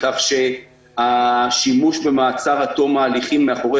כך שהשימוש במעצר עד תום ההליכים מאחורי